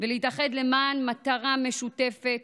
ולהתאחד למען מטרה משותפת: